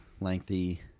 lengthy